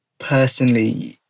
personally